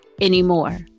anymore